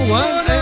one